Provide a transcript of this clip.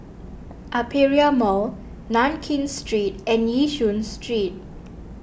Aperia Mall Nankin Street and Yishun Street